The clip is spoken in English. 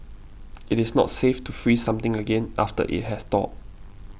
it is not safe to freeze something again after it has thawed